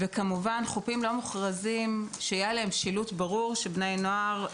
כמובן שלגבי חופים לא מוכרזים צריך שיהיה שילוט ברור ואכיפה.